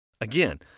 Again